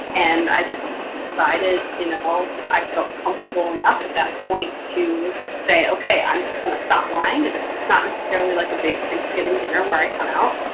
and i just just decided you know i felt comfortable enough at that point to say, okay. i'm just going to stop lying. it's it's not necessarily like a big thanksgiving dinner where i come out.